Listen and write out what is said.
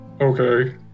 Okay